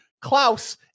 Klaus